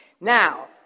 Now